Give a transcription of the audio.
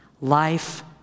life